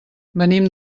venim